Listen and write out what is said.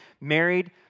married